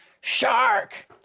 shark